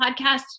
podcast